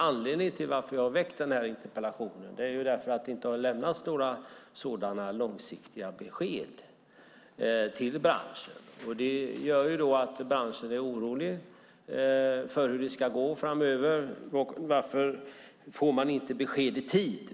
Anledningen till att jag har väckt den här interpellationen är faktiskt för att det inte har lämnats några sådana långsiktiga besked till branschen. Detta gör att branschen är orolig för hur det ska gå framöver - varför får man inte besked i tid?